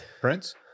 prince